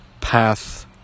path